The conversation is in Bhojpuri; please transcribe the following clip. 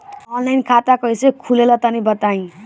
ऑफलाइन खाता कइसे खुलेला तनि बताईं?